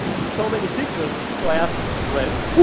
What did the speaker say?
so many pictures, so i asked friends